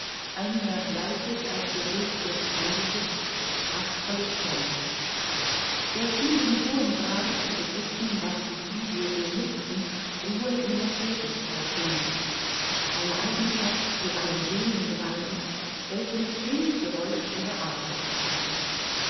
ein mehr bleiches als geröthetes angesicht prachtvolle zähne er schien in hohem grade zu besitzen was die physiognomisten ruhe in der thätigkeit nennen eine eigenschaft die allen denen gemein ist welche mit wenig geräusch ihre arbeit treiben